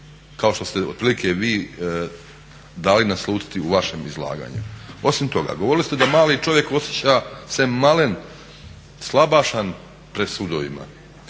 kao što ste otprilike vi dali naslutiti u vašem izlaganju. Osim toga, govorili ste da mali čovjek osjeća se malen, slabašan pred sudovima